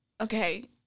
Okay